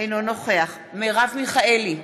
אינו נוכח מרב מיכאלי,